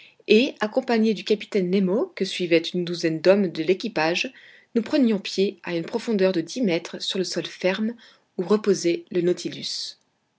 et accompagnés du capitaine nemo que suivaient une douzaine d'hommes de l'équipage nous prenions pied à une profondeur de dix mètres sur le sol ferme où reposait le nautilus